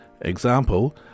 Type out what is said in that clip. Example